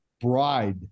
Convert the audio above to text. bride